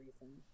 reason